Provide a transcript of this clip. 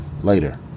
later